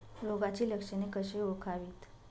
रोगाची लक्षणे कशी ओळखावीत?